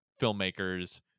filmmakers